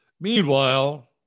Meanwhile